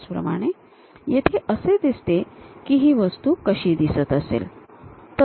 त्याचप्रमाणे येथे असे दिसते की वस्तू कशी दिसत असेल